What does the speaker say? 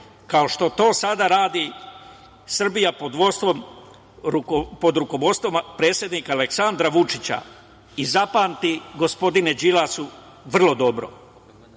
kao što to sada radi Srbija pod rukovodstvom predsednika Aleksandra Vučića. I zapamti gospodine Đilasu vrlo dobro.